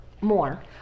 more